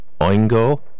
Oingo